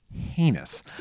heinous